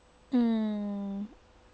mm